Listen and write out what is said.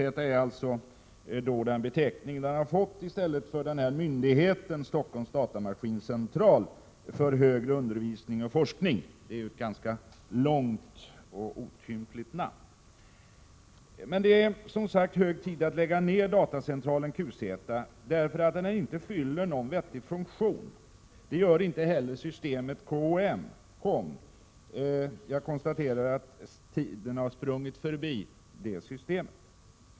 QZ är alltså den beteckning centralen har fått i stället för myndigheten Stockholms Datamaskincentral för högre undervisning och forskning — det är ju ett ganska långt och otympligt namn. Det är som sagt hög tid att lägga ned datorcentralen QZ, därför att den inte fyller någon vettig funktion. Det gör inte heller systemet KOM. Jag konstaterar att tiden har sprungit förbi det systemet.